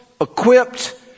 equipped